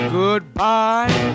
goodbye